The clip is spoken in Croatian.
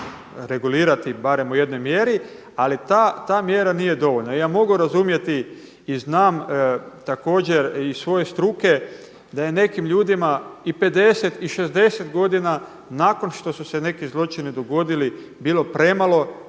regulirati barem u jednoj mjeri ali ta mjera nije dovoljna. I ja mogu razumjeti i znam također iz svoje struke da je nekim ljudima i 50 i 60 godina nakon što su se neki zločini dogodili bilo premalo